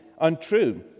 untrue